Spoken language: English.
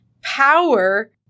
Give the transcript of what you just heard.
Power